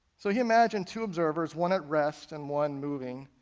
so he imagined two observers, one at rest and one moving,